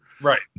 Right